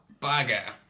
bugger